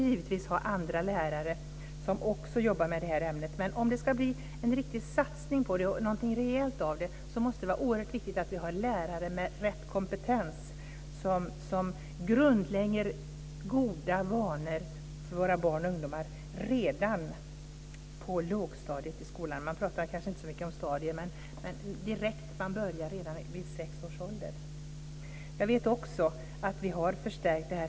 Givetvis kan andra lärare jobba med det här ämnet också, men om det ska bli en riktig satsning på det och någonting rejält av det är det oerhört viktigt att lärarna har rätt kompetens, som grundlägger goda vanor för våra barn och ungdomar redan på lågstadiet i skolan. Man pratar kanske inte så mycket om stadier i dag, men det gäller direkt när barnen börjar i skolan i sexårsåldern. Jag vet också att ämnet har förstärkts.